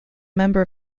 member